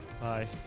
Bye